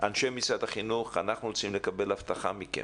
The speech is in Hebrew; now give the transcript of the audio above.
אנשי משרד החינוך, אנחנו רוצים לקבל הבטחה מכם.